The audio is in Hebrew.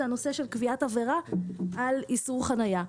היא הנושא של קביעת עבירה על איסור חניה,